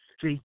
See